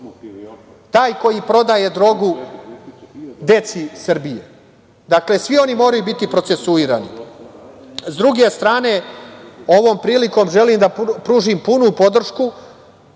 taj koji prodaje drogu deci Srbije. Svi oni moraju biti procesuirani. Sa druge strane, ovom prilikom želim da pružim punu podršku